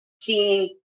seeing